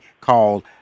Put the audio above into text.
called